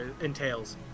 entails